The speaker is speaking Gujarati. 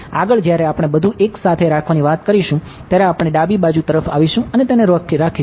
આગળ જ્યારે આપણે બધું એક સાથે રાખવાની વાત કરીશું ત્યારે આપણે ડાબી બાજુ તરફ આવીશું અને તેને રાખીશું